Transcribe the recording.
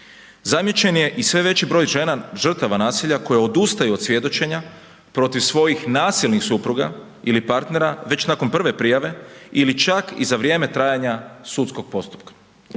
Zamijećen je i sve veći broj žena žrtava nasilja koje odustaju od svjedočenja protiv svojih nasilnih supruga ili partnera već nakon prve prijave ili čak i za vrijeme trajanja sudskog postupka.